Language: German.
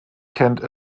kennt